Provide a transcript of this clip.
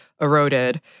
eroded